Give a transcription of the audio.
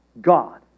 God